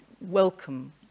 welcome